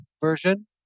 version